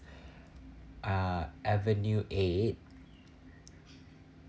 uh avenue eight